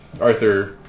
Arthur